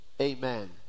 amen